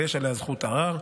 ויש עליה זכות ערר.